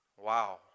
Wow